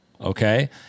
okay